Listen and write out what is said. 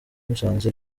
musanze